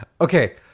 Okay